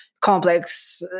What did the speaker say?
complex